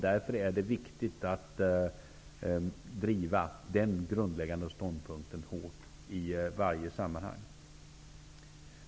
Därför är det viktigt att driva den grundläggande ståndpunkten hårt i varje sammanhang.